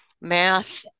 Math